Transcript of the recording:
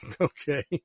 Okay